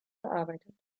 bearbeitet